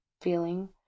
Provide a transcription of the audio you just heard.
feeling